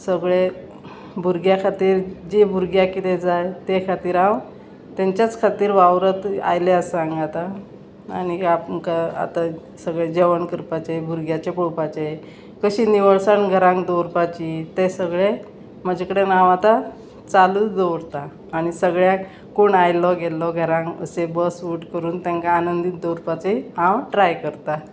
सगळे भुरग्यां खातीर जी भुरग्यांक कितें जाय ते खातीर हांव तेंच्याच खातीर वावरत आयलें आसा हांगा आतां आनी आमकां आतां सगळें जेवण करपाचें भुरग्याचें पळोपाचें कशीं निवळसाण घरान दवरपाची तें सगळें म्हजे कडेन हांव आतां चालूच दवरतां आनी सगळ्यांक कोण आयल्लो गेल्लो घरांक अशें बस उट करून तेंकां आनंदीत दवरपाचें हांव ट्राय करतां